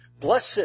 Blessed